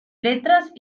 letras